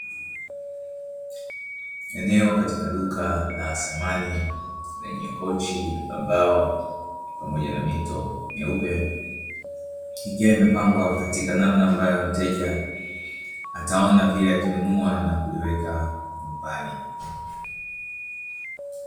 Eneo katika duka la samani lenye kochi la mbao pamoja na mito meupe ikiwa imepangwa katika namna ambayo mteja ataona vile akinunua na kuliweka nyumbani.